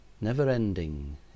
Never-ending